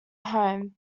home